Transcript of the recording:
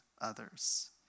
others